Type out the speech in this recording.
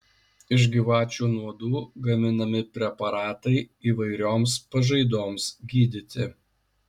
iš gyvačių nuodų gaminami preparatai įvairioms pažaidoms gydyti